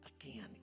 again